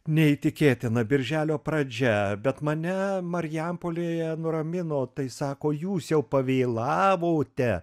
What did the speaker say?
neįtikėtina birželio pradžia bet mane marijampolėje nuramino tai sako jūs jau pavėlavote